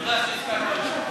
תודה שהזכרת אותי.